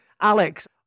Alex